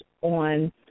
on